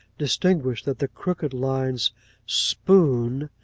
distinguished that the crooked lines spoon,